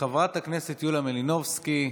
חברת הכנסת יוליה מלינובסקי,